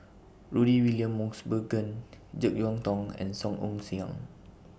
Rudy William Mosbergen Jek Yeun Thong and Song Ong Siang